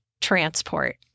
transport